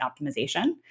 optimization